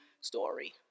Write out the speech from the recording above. story